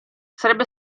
sarebbe